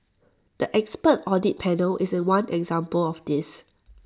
the expert audit panel is one example of this